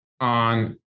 on